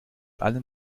allen